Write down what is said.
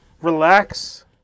relax